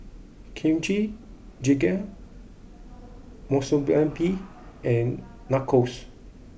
Kimchi Jjigae Monsunabe and Nachos